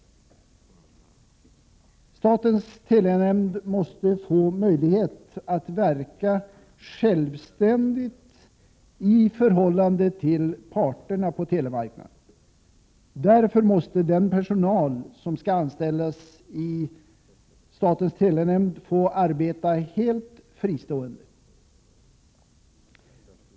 Statens telenämnd måste få möjlighet att verka självständigt i förhållande till parterna på telemarknaden. Därför måste den personal som skall anställas hos nämnden få arbeta helt fristående.